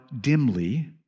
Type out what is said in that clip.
dimly